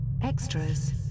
Extras